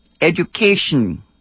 education